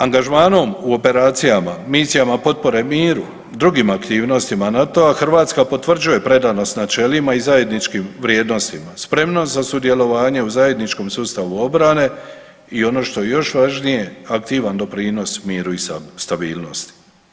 Angažmanom u operacijama, misijama potpore miru i drugim aktivnostima NATO-a Hrvatska potvrđuje predanost načelima i zajedničkim vrijednostima, spremnost za sudjelovanje u zajedničkom sustavu obrane i ono što je još važnije aktivan doprinos miru i stabilnosti.